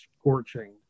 scorching